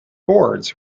boards